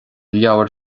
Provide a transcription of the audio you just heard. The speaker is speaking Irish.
leabhar